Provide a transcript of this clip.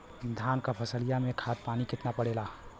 धान क फसलिया मे खाद पानी कितना पड़े ला?